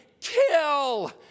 kill